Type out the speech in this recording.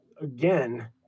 again